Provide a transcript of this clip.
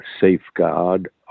safeguard